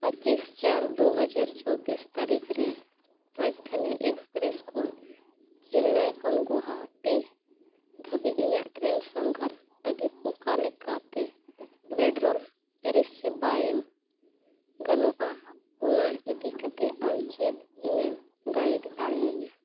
ᱯᱚᱸᱪᱤᱥ ᱪᱟᱨ ᱫᱩ ᱦᱟᱡᱟᱨ ᱪᱚᱵᱵᱤᱥ ᱛᱟᱹᱨᱤᱠᱷ ᱨᱮ ᱨᱟᱡᱽᱫᱷᱟᱱᱤ ᱮᱠᱥᱯᱨᱮᱥ ᱠᱷᱚᱱ ᱪᱮᱱᱱᱟᱭ ᱠᱷᱚᱱ ᱜᱳᱣᱦᱟᱴᱤ ᱫᱷᱟᱹᱵᱤᱡ ᱤᱧᱟᱹᱜ ᱴᱨᱮᱱ ᱥᱟᱸᱜᱷᱟᱨ ᱞᱟᱹᱜᱤᱫ ᱚᱠᱟ ᱞᱮᱠᱟᱛᱮ ᱵᱮᱰᱨᱳᱞ ᱯᱚᱨᱤᱥᱮᱵᱟ ᱮᱢ ᱜᱟᱱᱚᱜᱼᱟ ᱚᱱᱟ ᱤᱫᱤ ᱠᱟᱛᱮᱫ ᱟᱢ ᱪᱮᱫ ᱤᱧᱮᱢ ᱜᱟᱭᱤᱰ ᱫᱟᱲᱮᱭᱤᱧᱟᱹ